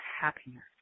happiness